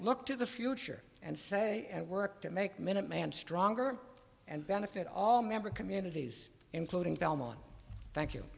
look to the future and say and work to make minuteman stronger and benefit all member communities including belmont thank you